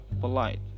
polite